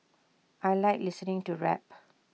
I Like listening to rap